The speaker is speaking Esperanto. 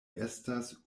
estas